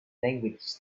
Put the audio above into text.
languages